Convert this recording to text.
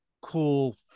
cool